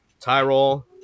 Tyrol